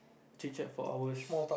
chit-chat for hours